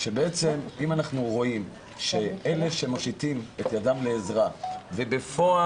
שאם אנחנו רואים שאלה שמושיטים את ידם לעזרה ובפועל